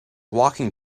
walking